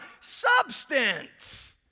substance